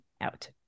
out